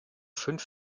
fünf